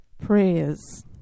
prayers